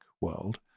world